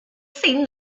seen